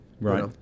Right